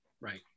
Right